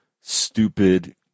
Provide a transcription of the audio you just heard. stupid